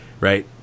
right